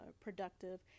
productive